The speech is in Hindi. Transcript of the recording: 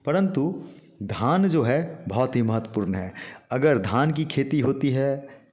परंतु धान जो है बहुत ही महत्वपूर्ण है अगर धान की खेती होती है